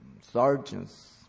sergeants